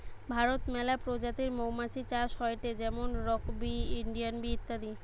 ভারতে মেলা প্রজাতির মৌমাছি চাষ হয়টে যেমন রক বি, ইন্ডিয়ান বি ইত্যাদি